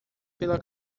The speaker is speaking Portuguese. pela